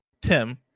Tim